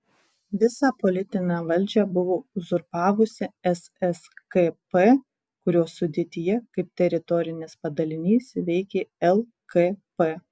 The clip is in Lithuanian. visą politinę valdžią buvo uzurpavusi sskp kurios sudėtyje kaip teritorinis padalinys veikė lkp